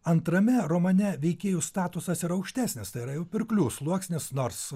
antrame romane veikėjų statusas yra aukštesnis tai yra jau pirklių sluoksnis nors